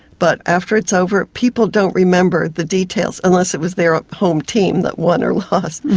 but after it's over people don't remember the details unless it was their home team that won or lost.